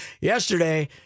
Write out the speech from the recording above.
yesterday